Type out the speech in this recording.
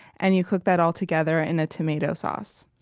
and you cook that all together in a tomato sauce.